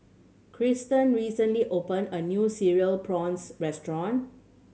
Triston recently opened a new Cereal Prawns restaurant